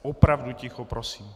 Opravdu ticho prosím!